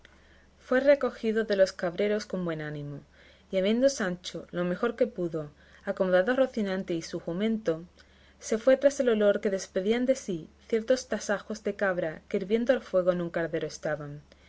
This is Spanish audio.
fue recogido de los cabreros con buen ánimo y habiendo sancho lo mejor que pudo acomodado a rocinante y a su jumento se fue tras el olor que despedían de sí ciertos tasajos de cabra que hirviendo al fuego en un caldero estaban